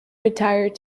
retired